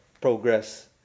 Progress